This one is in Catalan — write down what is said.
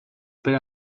per